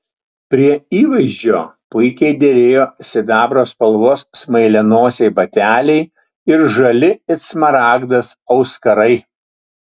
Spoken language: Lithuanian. prie įvaizdžio puikiai derėjo sidabro spalvos smailianosiai bateliai ir žali it smaragdas auskarai